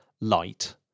light